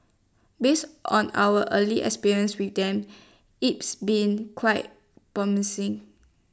based on our early experience with them it's been quite promising